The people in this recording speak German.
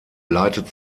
leitet